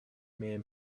man